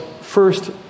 first